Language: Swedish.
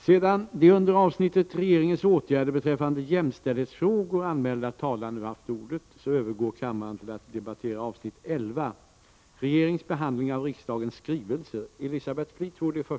Sedan de under avsnittet Regeringens åtgärder beträffande jämställdhetsfrågor anmälda talarna nu haft ordet övergår kammaren till att debattera avsnitt 11: Regeringens behandling av riksdagens skrivelser.